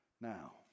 Now